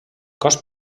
cos